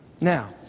Now